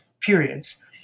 periods